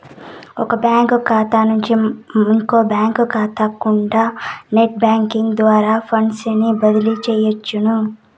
ఒక బ్యాంకు కాతా నుంచి ఇంకో బ్యాంకు కాతాకికూడా నెట్ బ్యేంకింగ్ ద్వారా ఫండ్సుని బదిలీ సెయ్యొచ్చును